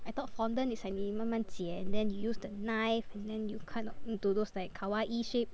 I thought fondant is like 你慢慢剪 then you use the knife and then you cut out into those like kawaii shape